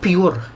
Pure